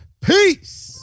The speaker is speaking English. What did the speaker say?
peace